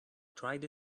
tried